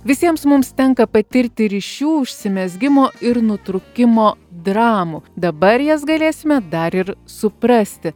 visiems mums tenka patirti ryšių užsimezgimo ir nutrūkimo dramų dabar jas galėsime dar ir suprasti